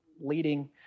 leading